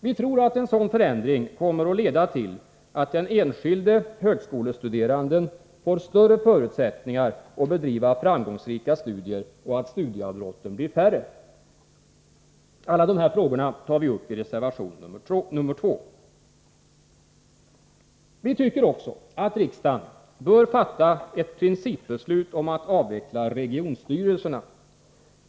Vi tror att en sådan förändring kommer att leda till att den enskilde högskolestuderanden får större förutsättningar att bedriva framgångsrika studier och att studieavbrotten blir färre. Alla dessa frågor tar vi upp i reservation nr 2. Vi tycker också att riksdagen bör fatta ett principbeslut om att avveckla regionstyrelserna.